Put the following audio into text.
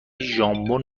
ژامبون